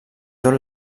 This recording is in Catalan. tot